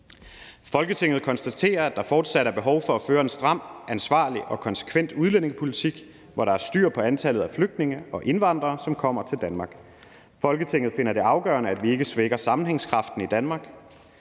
»Folketinget konstaterer, at der fortsat er behov for at føre en stram, ansvarlig og konsekvent udlændingepolitik, hvor der er styr på antallet af flygtninge og indvandrere, som kommer til Danmark. Folketinget finder det afgørende, at vi ikke svækker sammenhængskraften i Danmark.